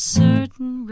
certain